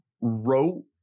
wrote